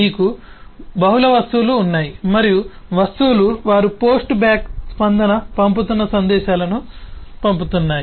మాకు బహుళ వస్తువులు ఉన్నాయి మరియు వస్తువులు వారు పోస్ట్ బ్యాక్ స్పందనను పంపుతున్న సందేశాలను పంపుతున్నాయి